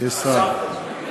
יש שר.